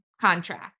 contract